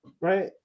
right